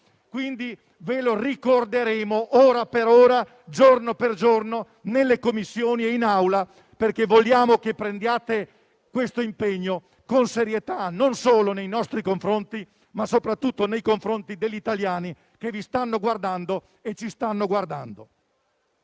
2022. Ve lo ricorderemo ora per ora, giorno per giorno, nelle Commissioni e in Aula, perché vogliamo che prendiate questo impegno con serietà, non solo nei confronti nostri, ma soprattutto degli italiani che vi e ci stanno guardando.